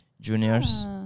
juniors